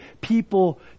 people